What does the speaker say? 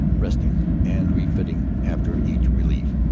rest ing and refitting after each relief.